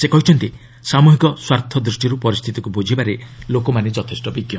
ସେ କହିଛନ୍ତି ସାମୃହିକ ସ୍ୱାର୍ଥ ଦୃଷ୍ଟିରୁ ପରିସ୍ଥିତିକୁ ବୁଝିବାରେ ଲୋକମାନେ ଯଥେଷ୍ଟ ବିଜ୍ଞ